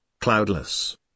cloudless